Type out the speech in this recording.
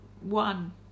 one